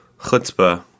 chutzpah